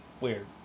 Weird